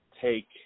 take –